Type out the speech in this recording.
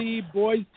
Boys